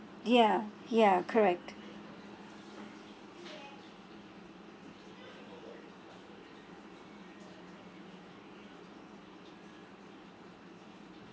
ya ya correct